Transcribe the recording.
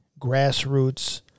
grassroots